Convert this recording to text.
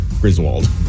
Griswold